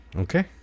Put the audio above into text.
Okay